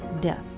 death